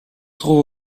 trouve